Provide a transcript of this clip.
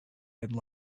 had